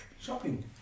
Shopping